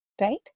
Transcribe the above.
right